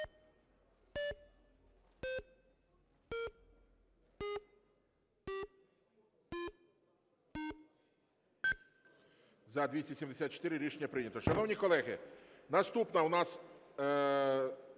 За-274 Рішення прийнято. Шановні колеги, наступна у нас